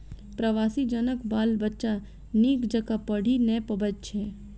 प्रवासी जनक बाल बच्चा नीक जकाँ पढ़ि नै पबैत छै